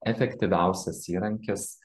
efektyviausias įrankis